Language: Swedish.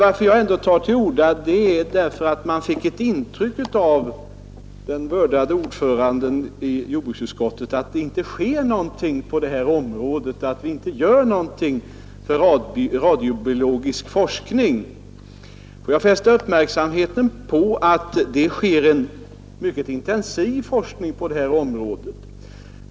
Att jag ändå tar till orda beror på att man av vad jordbruksutskottets vördade ordförande sade fick intrycket att det inte görs någonting för den radiobiologiska forskningen. Låt mig fästa uppmärksamheten på att det äger rum en mycket intensiv forskning på detta område.